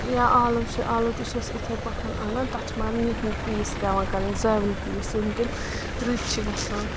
یا آلو چِھِ آلو تہِ چھِ أسۍ اِتھے پٲٹھۍ اَنَان تَتھ چھِ مگر نِکۍ نِکۍ پیٖس پیٚوان کَرٕنۍ زٲوِلۍ پیٖس یِم تِم رٔتۍ چھِ گَژھان